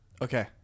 Okay